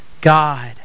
God